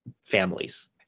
families